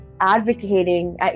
advocating